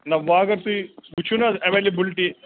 نہَ وۅنۍ اگر تُہۍ سُہ چھُنہٕ حظ ایولیبلٹی